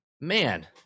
man